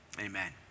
amen